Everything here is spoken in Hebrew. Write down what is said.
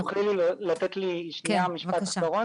אם רק תוכלי לתת לי שנייה משפט אחרון?